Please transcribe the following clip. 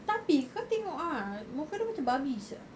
tapi kau tengok ah muka dia macam babi sia